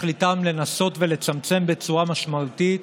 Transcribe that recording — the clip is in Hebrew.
תכליתן לנסות ולצמצם בצורה משמעותית